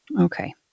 Okay